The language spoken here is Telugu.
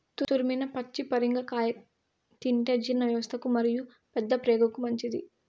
తురిమిన పచ్చి పరింగర కాయ తింటే జీర్ణవ్యవస్థకు మరియు పెద్దప్రేగుకు మంచిది